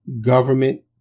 government